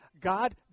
God